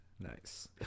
Nice